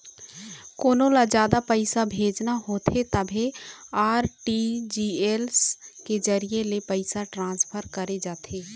कोनो ल जादा पइसा भेजना होथे तभे आर.टी.जी.एस के जरिए ले पइसा ट्रांसफर करे जाथे